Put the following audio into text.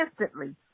instantly